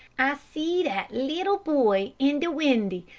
i see dat leetly boy in de windy,